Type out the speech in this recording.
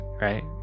right